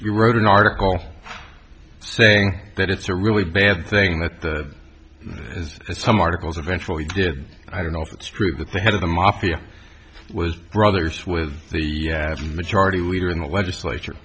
you wrote an article saying that it's a really bad thing that as some articles eventually did i don't know if it's true that the head of the mafia was brothers with the majority leader in the legislature